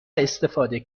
استفاده